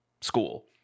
school